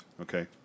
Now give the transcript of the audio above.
Okay